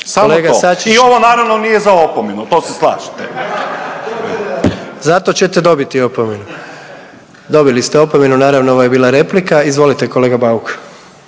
Sačić./… I ovo naravno nije za opomenu, to se slažete? **Jandroković, Gordan (HDZ)** Zato ćete dobiti opomenu. Dobili ste opomenu. Naravno ovo je bila replika. Izvolite kolega Bauk.